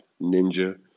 ninja